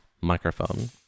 microphone